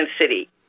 city